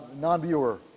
Non-viewer